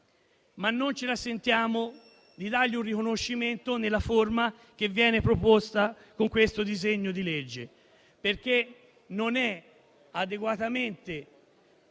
Ma non ce la sentiamo di dar loro un riconoscimento nella forma che viene proposta con questo disegno di legge, perché non è dignitoso